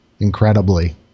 incredibly